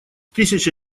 тысяча